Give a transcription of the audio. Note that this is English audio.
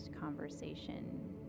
conversation